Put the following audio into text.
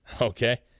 Okay